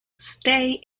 stay